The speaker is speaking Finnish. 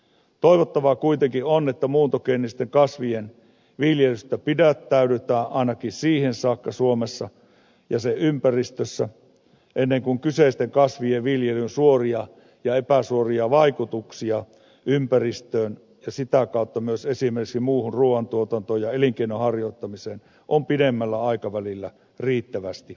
toivottavaa kuitenkin on että muuntogeenisten kasvien viljelystä pidättäydytään ainakin siihen saakka suomessa ja sen ympäristössä kun kyseisten kasvien viljelyn suoria ja epäsuoria vaikutuksia ympäristöön ja sitä kautta myös esimerkiksi muuhun ruuantuotantoon ja elinkeinonharjoittamiseen on pidemmällä aikavälillä riittävästi tutkittu